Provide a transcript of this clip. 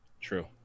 True